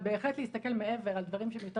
אבל בהחלט להסתכל מעבר על דברים שהם יותר